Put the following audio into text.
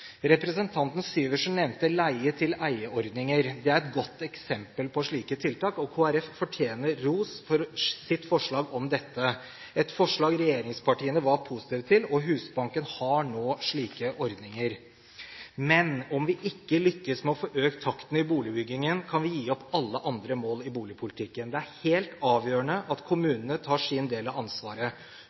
Representanten Syversen nevnte «leie før eie»-ordninger. Det er et godt eksempel på slike tiltak. Kristelig Folkeparti fortjener ros for sitt forslag om dette, et forslag regjeringspartiene var positive til, og Husbanken har nå slike ordninger. Men om vi ikke lykkes med å få økt takten i boligbyggingen, kan vi gi opp alle andre mål i boligpolitikken. Det er helt avgjørende at kommunene tar sin del av ansvaret.